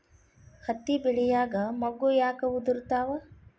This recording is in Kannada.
ಹತ್ತಿ ಬೆಳಿಯಾಗ ಮೊಗ್ಗು ಯಾಕ್ ಉದುರುತಾವ್?